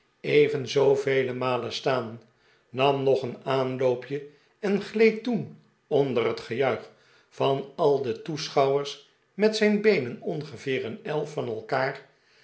even zoovele malen staan nam nog een aanloopje en gleed toen onder het gejuich van al de toeschouwers met zijn beenen ongeveer een el van elkaar